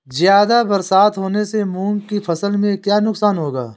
ज़्यादा बरसात होने से मूंग की फसल में क्या नुकसान होगा?